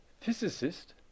physicist